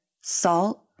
salt